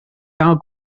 gael